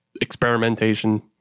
experimentation